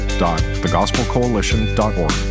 TheGospelCoalition.org